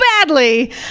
badly